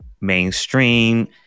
mainstream